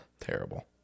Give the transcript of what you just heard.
Terrible